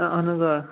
آ اَہَن حظ آ